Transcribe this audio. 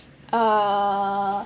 err